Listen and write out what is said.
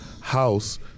house